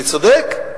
אני צודק?